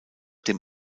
dem